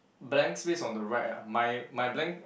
blank space on the right ah my my blank